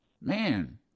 man